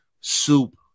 Soup